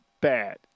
bad